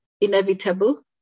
inevitable